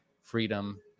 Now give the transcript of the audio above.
freedom